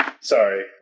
Sorry